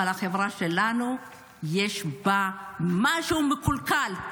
אבל החברה שלנו, יש בה משהו מקולקל.